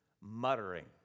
muttering